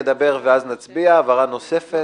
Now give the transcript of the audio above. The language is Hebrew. שמצאה לפי פסק הדין שהוא עבר עבירה שהיא מעשה טרור.